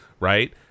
Right